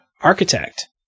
architect